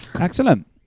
Excellent